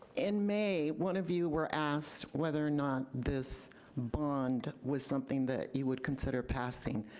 in may, one of you were asked whether or not this bond was something that you would consider passing.